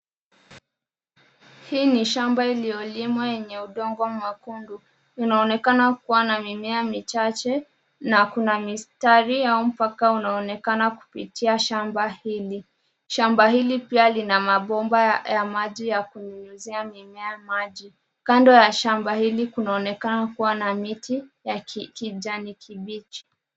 Hii ni shamba iliolimwa yenye udongo mwekundu. Inaonekana kuwa na mimea michache na kuna mistari au mpaka unaonekana kupitia shamba hili. Shamba hili pia lina mabomba ya maji ya kunyunyuzia mimea maji. Kando ya shamba hili kunaonekana kuwa na miti ya kijani kibichi.